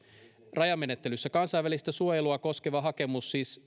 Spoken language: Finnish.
rajamenettelyssä kansainvälistä suojelua koskeva hakemus